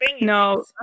No